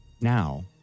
Now